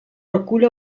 recull